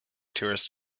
tourist